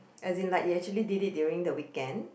as in like you actually did it during the weekend